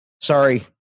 Sorry